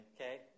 okay